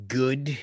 good